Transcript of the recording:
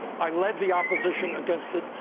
i lead the opposition against it.